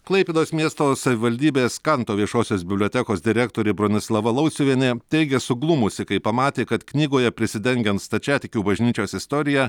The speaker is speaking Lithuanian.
klaipėdos miesto savivaldybės kanto viešosios bibliotekos direktorė bronislava lauciuvienė teigia suglumusi kai pamatė kad knygoje prisidengiant stačiatikių bažnyčios istorija